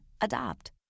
Adopt